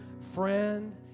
friend